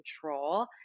control